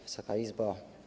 Wysoka Izbo!